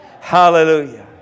Hallelujah